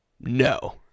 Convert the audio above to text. no